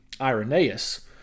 Irenaeus